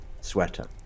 sweater